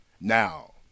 Now